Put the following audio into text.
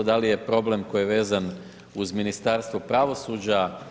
Da li je problem koji je vezan uz Ministarstvo pravosuđa?